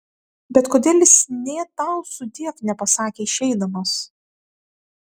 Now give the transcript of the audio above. bet kodėl jis nė tau sudiev nepasakė išeidamas